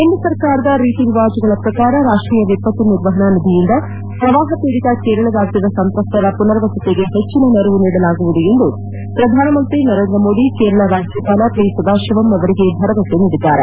ಕೇಂದ್ರ ಸರ್ಕಾರದ ರೀತಿ ರಿವಾಜುಗಳ ಪ್ರಕಾರ ರಾಷ್ಷೀಯ ವಿಪತ್ತು ನಿರ್ವಹಣಾ ನಿಧಿಯಿಂದ ಪ್ರವಾಹ ಪೀಡಿತ ಕೇರಳ ರಾಜ್ಲದ ಸಂತ್ರಸ್ತರ ಪುನರ್ವಸತಿಗೆ ಹೆಚ್ಲನ ನೆರವು ನೀಡಲಾಗುವುದು ಎಂದು ಪ್ರಧಾನ ಮಂತ್ರಿ ನರೇಂದ್ರ ಮೋದಿ ಕೇರಳ ರಾಜ್ಞಪಾಲ ಪಿ ಸದಾಶಿವಂ ಅವರಿಗೆ ಭರವಸೆ ನೀಡಿದ್ದಾರೆ